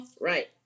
right